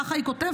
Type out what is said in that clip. ככה היא כותבת,